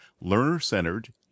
learner-centered